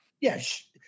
Yes